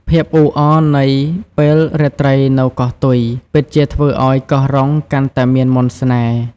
ភាពអ៊ូអរនៃពេលរាត្រីនៅកោះទុយ ពិតជាធ្វើឲ្យកោះរ៉ុងកាន់តែមានមន្តស្នេហ៍។